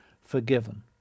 forgiven